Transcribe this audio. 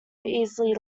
easily